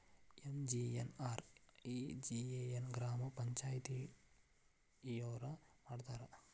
MGNREGA ನ ಗ್ರಾಮ ಪಂಚಾಯತಿಯೊರ ಮಾಡ್ತಾರಾ?